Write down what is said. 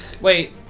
Wait